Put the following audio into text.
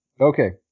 Okay